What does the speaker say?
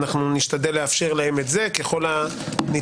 אנחנו נשתדל לאפשר להם את זה, ככל הניתן.